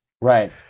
right